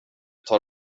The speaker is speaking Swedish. tar